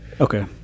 Okay